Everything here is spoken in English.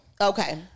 Okay